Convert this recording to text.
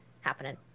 happening